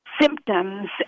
symptoms